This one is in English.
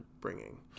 bringing